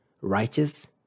righteous